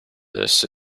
this